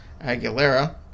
Aguilera